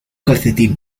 calcetín